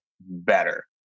better